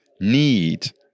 need